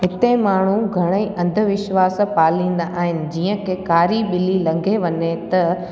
हिते माण्हू घणा ई अंधविश्वास पालींदा आहिनि जीअं की कारी ॿिली लंघे वञे त